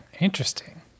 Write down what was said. Interesting